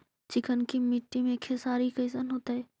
चिकनकी मट्टी मे खेसारी कैसन होतै?